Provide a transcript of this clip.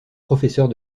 professeure